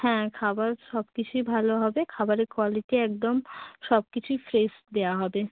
হ্যাঁ খাবার সব কিছুই ভালো হবে খাবারের কোয়ালিটি একদম সব কিছুই ফ্রেশ দেয়া হবে